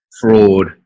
fraud